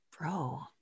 bro